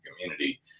community